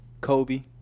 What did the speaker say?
Kobe